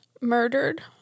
murdered